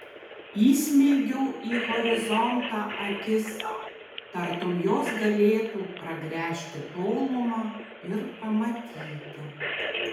įsmeigiau į horizontą akis tartum jos galėtų pragręžti tolumą ir pamatyti